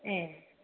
ए